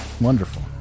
Wonderful